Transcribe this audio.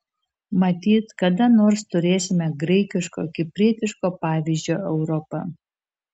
matyt kada nors turėsime graikiško kiprietiško pavyzdžio europą